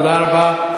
תודה רבה.